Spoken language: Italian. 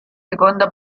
seconda